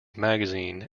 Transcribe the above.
magazine